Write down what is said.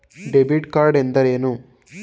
Debit card ಎಂದರೇನು?